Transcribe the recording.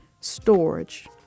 Storage